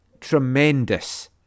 Tremendous